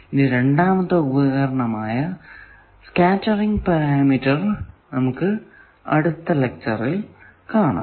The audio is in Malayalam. ഇനി രണ്ടാമത്തെ ഉപകരണമായ സ്കേറ്ററിങ് പാരാമീറ്റർ നമുക്ക് അടുത്ത ലെക്ച്ചറിൽ കാണാം